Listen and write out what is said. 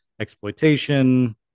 exploitation